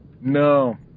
No